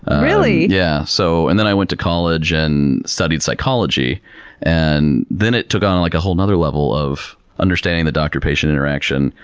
really? yeah. so, and then i went to college and studied psychology and then it took on a like whole nother level of understanding the doctor patient interaction.